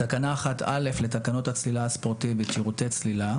תקנה 1א לתקנות הצלילה הספורטיבית (שירותי צלילה),